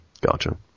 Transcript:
gotcha